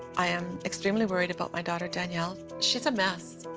i am extremely worried about my daughter danielle. she's a mess.